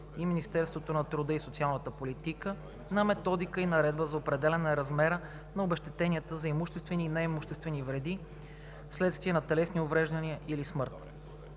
и Министерството на труда и социалната политика на методика и наредба за определяне размера на обезщетенията за имуществени и неимуществени вреди, вследствие на телесни увреждания или смърт.